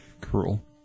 cruel